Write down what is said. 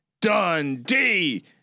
Dundee